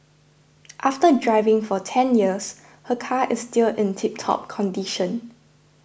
after driving for ten years her car is still in tiptop condition